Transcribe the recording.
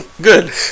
Good